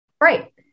Right